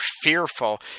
fearful